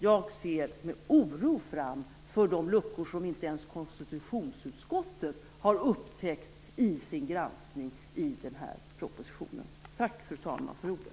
Jag ser med oro framför mig de luckor som inte ens konstitutionsutskottet har upptäckt i sin granskning av propositionen. Tack, fru talman, för ordet!